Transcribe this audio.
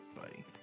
Buddy